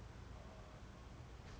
我只可以听到我的声音 liao lor